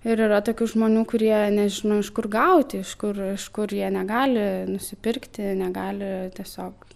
ir yra tokių žmonių kurie nežino iš kur gauti iš kur iš kur jie negali nusipirkti negali tiesiog